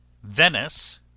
Venice